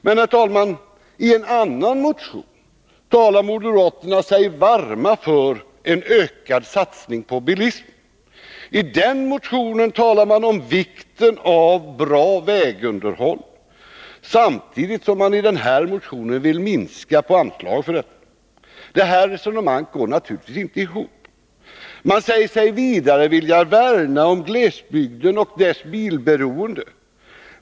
Men, herr talman, i en annan motion talar moderaterna sig varma för en ökad satsning på bilismen. I den motionen talar man om vikten av bra vägunderhåll, samtidigt som man i den här motionen vill minska på anslagen. Detta resonemang går naturligtvis inte ihop. Man säger sig vidare vilja värna om glesbygden och dess bilberoende.